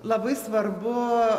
labai svarbu